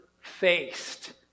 faced